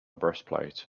breastplate